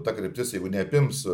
ta kryptis jeigu neapims